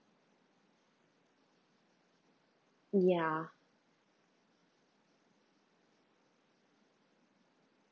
ya